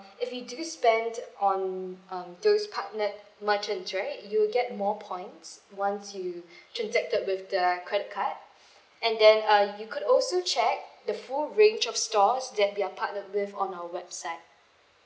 if you do spend on um those partnered merchants right you will get more points once you transacted with the credit card and then uh you could also check the full range of stores that we are partnered with on our website